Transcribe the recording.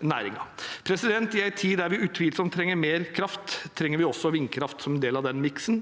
næringen. I en tid der vi utvilsomt trenger mer kraft, trenger vi også vindkraft som en del av den miksen,